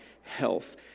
health